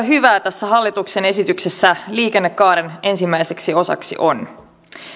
hyvää tässä hallituksen esityksessä liikennekaaren ensimmäiseksi osaksi on